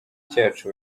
cyacu